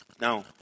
Now